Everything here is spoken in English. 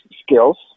skills